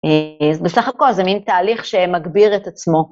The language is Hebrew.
אה... אז בסך הכול זה מין תהליך שמגביר את עצמו.